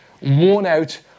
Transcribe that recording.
worn-out